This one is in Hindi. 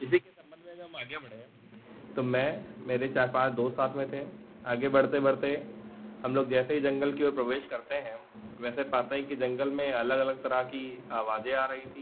इसी के सम्बन्ध में हम आगे बढ़े तो मैं मेरे चार पाँच दोस्त साथ में थे आगे बढ़ते बढ़ते हमलोग जैसे ही जंगल की ओर प्रवेश करते हैं वैसे पाते हैं कि जंगल में अलग अलग तरह की आवाज़ें आ रही थीं